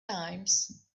times